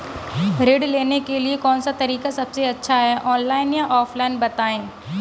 ऋण लेने के लिए कौन सा तरीका सबसे अच्छा है ऑनलाइन या ऑफलाइन बताएँ?